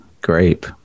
grape